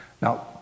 Now